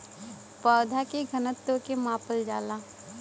पौधा के घनत्व के मापल जाला